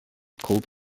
cold